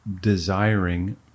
desiring